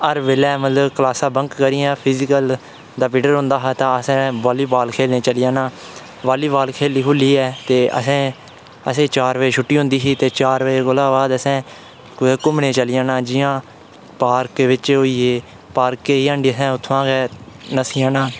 हर बेल्लै मतलब क्लासां बंक करी आं फिजिकल दा पीरियड होंदा हा तां असें बाॅलीवाॅल खेढने गी चली पौना बाॅलीवाॅल खेढियै ते असें असेंगी चार बजे छुट्टी होंदी ही ते चार बजे कोला बाद असें कुदै घुम्मने गी चली पौना जि'यां पार्क बिच होइयै केईं हांडी असें उत्थुआं गै नस्सी जाना